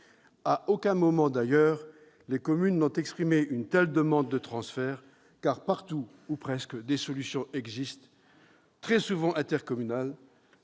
À aucun moment, d'ailleurs, les communes n'ont exprimé une telle demande de transfert, car partout, ou presque, des solutions, très souvent intercommunales,